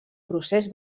procés